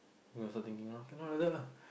you also thinking cannot like that lah